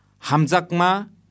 Hamzakma